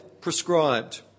prescribed